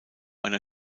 einer